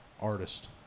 artist